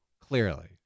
Clearly